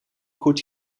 goed